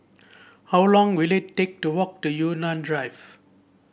how long will it take to walk to Yunnan Drive